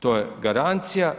To je garancija.